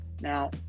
Now